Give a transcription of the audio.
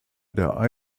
der